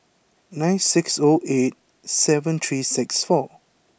nine six zero eight seven three six four